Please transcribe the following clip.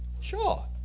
Sure